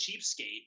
cheapskate